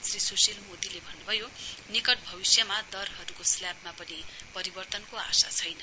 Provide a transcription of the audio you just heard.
श्री स्शील मोदीले भन्नुभयो निकट भविष्यमा दरहरूको स्लैबमा पनि परिवर्तनको आशा छैन